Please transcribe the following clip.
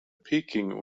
peking